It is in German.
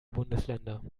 bundesländer